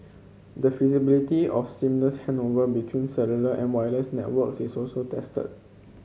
the feasibility of seamless handover between cellular and wireless networks is also tested